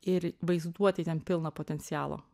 ir vaizduotei ten pilna potencialo